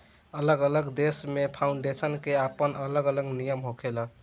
अलग अलग देश में फाउंडेशन के आपन अलग अलग नियम होखेला